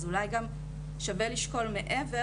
אז אולי גם שווה לשקול מעבר,